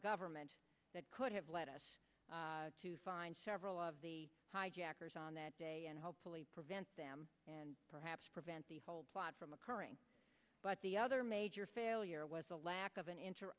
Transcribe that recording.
government that could have led us to find several of the hijackers on that day and hopefully prevent them and perhaps prevent the whole plot from occurring but the other major failure was the lack of an in